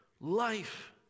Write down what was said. life